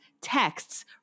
texts